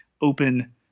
open